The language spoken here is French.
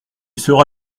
sera